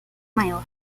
maior